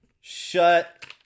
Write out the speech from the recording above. shut